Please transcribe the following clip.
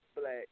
black